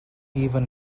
even